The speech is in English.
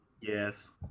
Yes